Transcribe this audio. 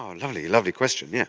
um lovely, lovely question, yeah